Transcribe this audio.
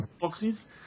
boxes